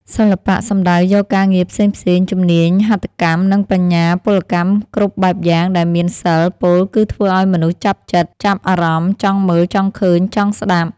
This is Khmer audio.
សិល្បៈ សំដៅយកការងារផ្សេងៗ ជំនាញហត្ថកម្មនិងបញ្ញាពលកម្មគ្រប់បែបយ៉ាងដែលមានសិល្ប៍ ពោលគឺធ្វើឱ្យមនុស្សចាប់ចិត្ត ចាប់អារម្មណ៍ ចង់មើល ចង់ឃើញ ចង់ស្តាប់។